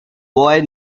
boy